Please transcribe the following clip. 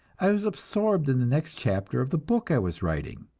i was absorbed in the next chapter of the book i was writing,